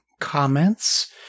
comments